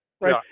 Right